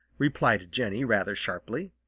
replied jenny rather sharply.